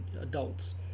adults